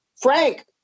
Frank